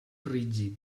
rígid